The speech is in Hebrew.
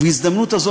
ובהזדמנות הזו,